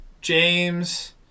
James